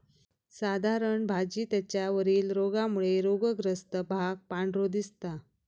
साधारण भाजी त्याच्या वरील रोगामुळे रोगग्रस्त भाग पांढरो दिसता